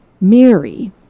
Mary